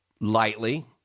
lightly